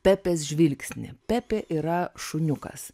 pepės žvilgsnį pepė yra šuniukas